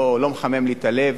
לא מחמם לי את הלב